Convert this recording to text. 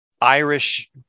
Irish